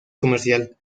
comercial